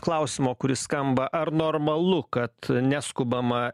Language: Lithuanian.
klausimo kuris skamba ar normalu kad neskubama